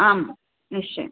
आं निश्चयेन